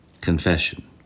Confession